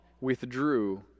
withdrew